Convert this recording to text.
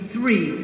Three